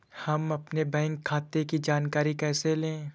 हम अपने बैंक खाते की जानकारी कैसे लें?